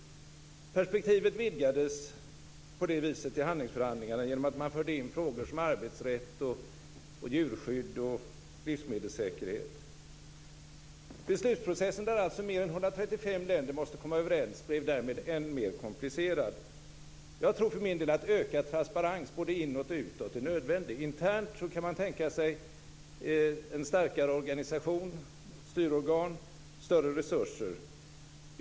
Perspektivet vidgades på det viset i handlingsförhandlingarna genom att man förde in frågor som arbetsrätt, djurskydd och livsmedelssäkerhet. Beslutsprocessen där alltså mer än 135 länder måste komma överens blev därmed än mer komplicerad. Jag tror för min del att ökad transparens både inåt och utåt är nödvändig. Internt kan man tänka sig en starkare organisation med styrorgan och större resurser.